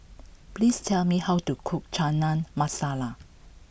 please tell me how to cook Chana Masala